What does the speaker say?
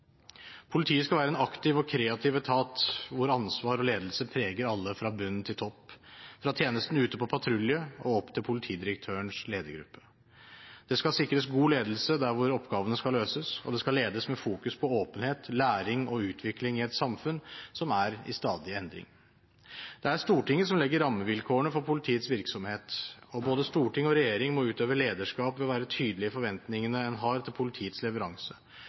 Politiet skal være en aktiv og kreativ etat, hvor ansvar og ledelse preger alle, fra bunnen til toppen, fra tjenesten som er ute på patrulje og opp til politidirektørens ledergruppe. Det skal sikres god ledelse der hvor oppgavene skal løses, og det skal ledes med fokus på åpenhet, læring og utvikling i et samfunn som er i stadig endring. Det er Stortinget som legger rammevilkårene for politiets virksomhet, og både storting og regjering må utøve lederskap ved å være tydelige i forventningene en har til politiets leveranse.